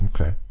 Okay